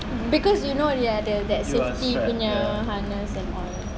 because you know dia ada that safety punya harness and all that